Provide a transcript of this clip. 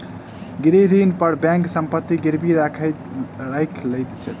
गृह ऋण पर बैंक संपत्ति गिरवी राइख लैत अछि